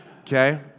okay